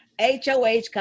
HOH